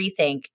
rethink